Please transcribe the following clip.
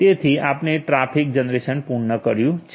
તેથી આપણે traffic generation પૂર્ણ કર્યું છે